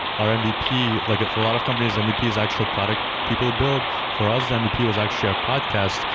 our mvp like for a lot of companies, mvp is actual product people build. for us, the mvp was actually our podcast,